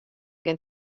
gjin